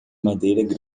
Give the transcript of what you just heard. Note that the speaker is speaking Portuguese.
madeira